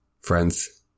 friends